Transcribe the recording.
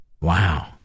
Wow